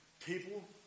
People